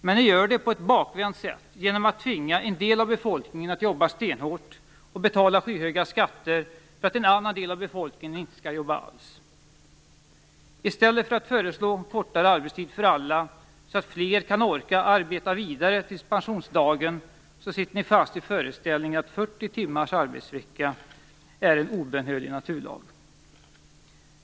Men ni gör det på ett bakvänt sätt, nämligen genom att tvinga en del av befolkningen att jobba stenhårt och betala skyhöga skatter för att den andra delen av befolkningen inte alls skall jobba. I stället för att föreslå kortare arbetstid för alla, så att fler kan orka arbeta vidare fram till pensionsdagen, sitter ni fast i föreställningen att 40 timmars arbetsvecka är en obönhörlig naturlag.